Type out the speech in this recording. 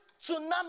tsunami